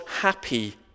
happy